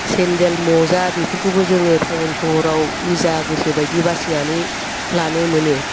सेन्डेल मुजा बेफोरखौबो जोङो टाउन सहराव निजा गोसो बायदि बासिनानै लानो मोनो